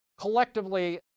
collectively